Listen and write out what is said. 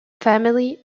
family